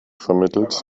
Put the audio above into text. vermittelt